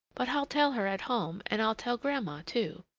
but i'll tell her at home, and i'll tell grandma, too.